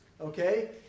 Okay